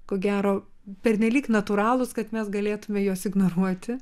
ko gero pernelyg natūralūs kad mes galėtume juos ignoruoti